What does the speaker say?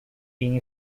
being